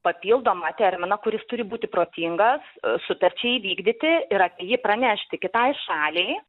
papildomą terminą kuris turi būti protingas sutarčiai įvykdyti ir apie jį pranešti kitai šaliai